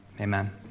amen